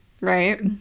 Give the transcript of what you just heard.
Right